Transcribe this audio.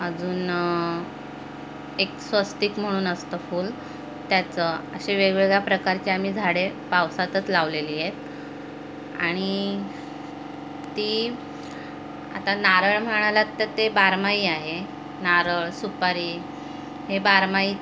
अजून एक स्वस्तिक म्हणून असतं फूल त्याचं असे वेगवेगळ्या प्रकारचे आम्ही झाडे पावसातच लावलेली आहेत आणि ती आता नारळ म्हणाला आहेत तर ते बारमाही आहे नारळ सुपारी हे बारमाही